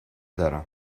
دارم